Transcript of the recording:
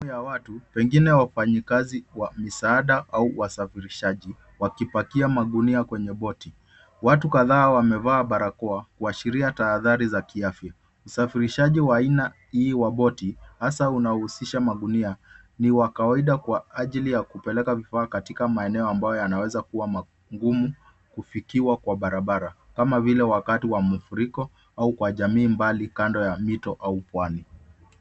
Kundi la watu, pengine wafanyikazi wa misaada au wasafirishaji wakipakia magunia kwenye boti. Watu kadhaa wamevaa barako kuashiria tahadhari za kiafya. Usafirishaji wa aina hii wa boti hasaa unahusisha magunia. Ni wa kawaida kwa ajili ya kupeleka vifaa katika maeneo ambayo yanaweza kuwa mangumu kufikiwa kwa barabara kama vile wakati wa mafuriko au kwa jamii mbali kando ya mito au.